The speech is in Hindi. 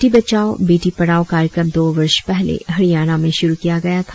बेटी बचाओ बेटी पढ़ाओ कार्यक्रम दो वर्ष पहले हरियाणा में शुरु किया गया था